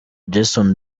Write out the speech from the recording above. jason